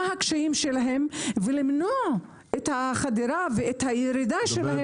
מה הקשיים שלהם כדי למנוע את הירידה שלהם.